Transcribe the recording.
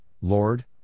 Lord